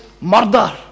murder